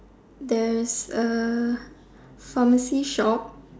there's a pharmacy shop